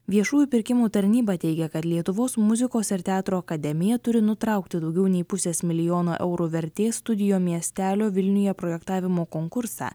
viešųjų pirkimų tarnyba teigia kad lietuvos muzikos ir teatro akademija turi nutraukti daugiau nei pusės milijono eurų vertės studijų miestelio vilniuje projektavimo konkursą